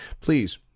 please